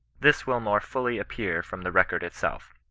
this will more fully appear from the record it self.